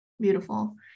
Beautiful